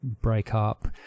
breakup